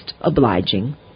obliging